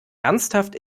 ernsthaft